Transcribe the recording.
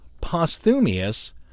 posthumous